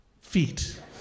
Feet